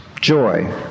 joy